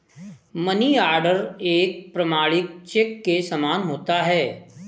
money order एक प्रमाणिक cheque के समान होता है